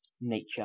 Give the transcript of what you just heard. nature